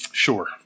Sure